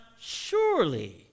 surely